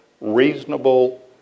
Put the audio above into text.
reasonable